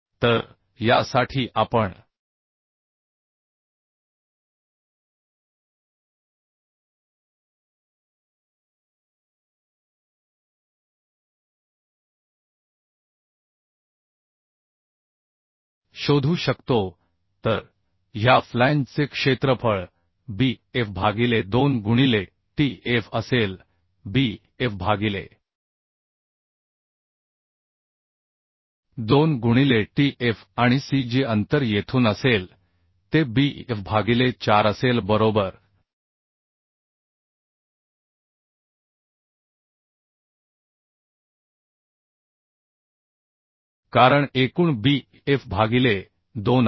तर यासाठी आपण शोधू शकतो तर ह्या फ्लॅंजचे क्षेत्रफळ b f भागिले 2 गुणिले t f असेल b f भागिले 2 गुणिले t f आणि c g अंतर येथून असेल ते b f भागिले 4 असेल बरोबर कारण एकूण b f भागिले 2 आहे